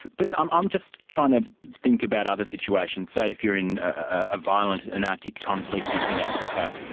but i'm i'm just trying to think about other situations say if you're in a violent, anarchic conflict in africa,